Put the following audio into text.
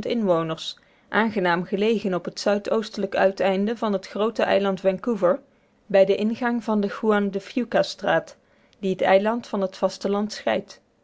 inwoners aangenaam gelegen op het zuidoostelijk uiteinde van het groote eiland vancouver bij den den ingang van de juan de fucastraat die het eiland van het vasteland scheidt